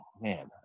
man